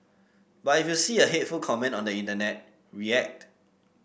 but if you see a hateful comment on the internet react